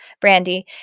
brandy